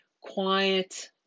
quiet